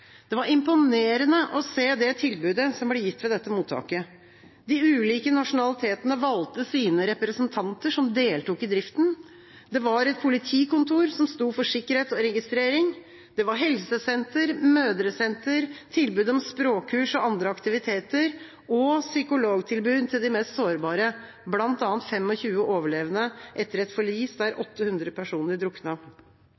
Det var imponerende å se det tilbudet som ble gitt ved dette mottaket. De ulike nasjonalitetene valgte sine representanter, som deltok i driften. Det var et politikontor som sto for sikkerhet og registrering. Det var helsesenter, mødresenter, tilbud om språkkurs og andre aktiviteter og psykologtilbud til de mest sårbare, bl.a. 25 overlevende etter et forlis der 800 personer